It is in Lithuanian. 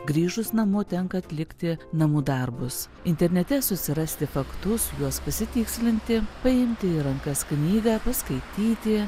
grįžus namo tenka atlikti namų darbus internete susirasti faktus juos pasitikslinti paimti į rankas knygą paskaityti